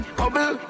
bubble